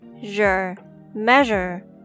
Measure